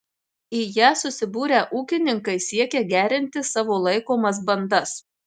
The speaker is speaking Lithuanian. į ją susibūrę ūkininkai siekia gerinti savo laikomas bandas